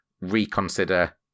reconsider